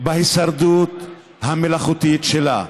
בהישרדות המלאכותית שלה.